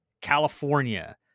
California